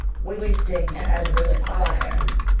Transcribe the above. wasting as with fire!